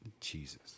Jesus